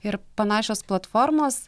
ir panašios platformos